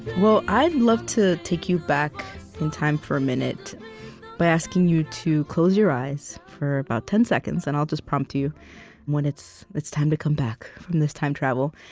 well, i'd love to take you back in time for a minute by asking you to close your eyes for about ten seconds, and i'll just prompt you when it's it's time to come back from this time travel,